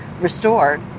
restored